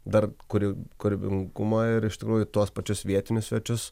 dar kūrybingumą ir iš tikrųjų tuos pačius vietinius svečius